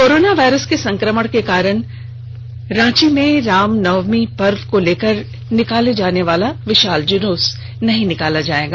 corona virus के संकमण के कारण रांची में रामनवमी पर्व को लेकर निकाले जाने वाला विशाल जुलूस नहीं निकाला जायेगा